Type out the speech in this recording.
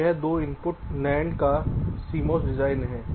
यह दो input NAND का CMOS डिजाइन है